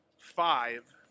Five